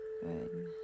Good